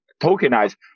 tokenize